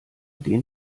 den